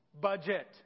Budget